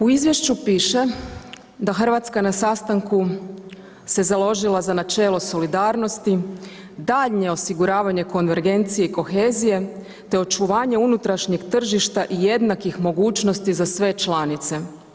U izvješću piše da Hrvatska na sastanku se založila za načelo solidarnosti, daljnje osiguravanje konvergencije i kohezije te očuvanje unutrašnjeg tržišta i jednakih mogućnosti za sve članice.